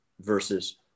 versus